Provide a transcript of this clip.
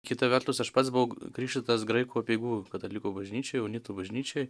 kita vertus aš pats buvau krikštytas graikų apeigų katalikų bažnyčioj unitų bažnyčioj